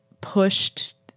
pushed